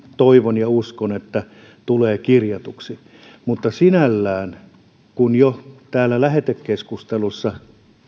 toivon ja uskon että se tulee niin kirjatuksi mutta kun jo täällä lähetekeskustelussa